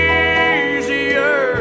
easier